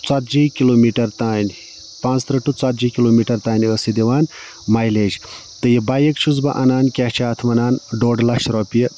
ژَتجی kilometre تام پانٛژھ تٕرٛہ ٹُہ ژَتجی کِلوٗ میٖٹر تام ٲس یہِ دِوان مایِلیج تہٕ یہِ بایِک چھُس بہٕ اَنان کیٛاہ چھِ اَتھ وَنان ڈۄڈ لَچھ روپیہِ